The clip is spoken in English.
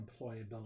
employability